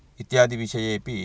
इत्यादि विषयेपि